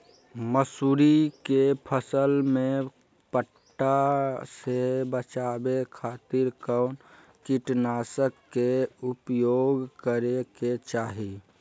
मसूरी के फसल में पट्टा से बचावे खातिर कौन कीटनाशक के उपयोग करे के चाही?